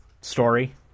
story